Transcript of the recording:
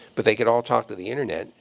but they could all talk to the internet.